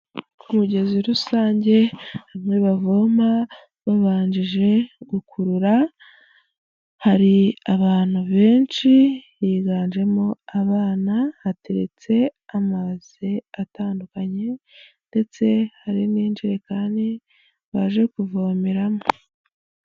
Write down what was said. Ku mugezirusange hamwe bavoma babanjije gukurura, hari abantu benshi, higanjemo abana, hateretse amazi atandukanye ndetse hari n'injirekani baje kuvomeramo.